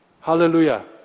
Hallelujah